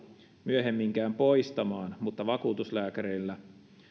myöhemminkään poistamaan mutta vakuutuslääkäreiltä